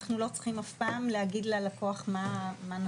אנחנו לא צריכים אף פעם להגיד ללקוח מה נכון,